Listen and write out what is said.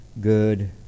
good